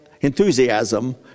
enthusiasm